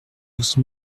douze